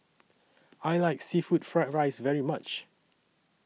I like Seafood Fried Rice very much